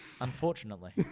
Unfortunately